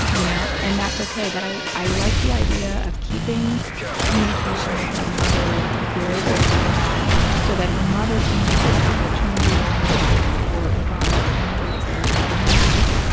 you know? yeah and that's ok. but i i like the idea of keeping communication with her mother very, very strong so that her mother can use this opportunity to learn how to support her daughter in the ways that her daughter needs